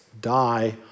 die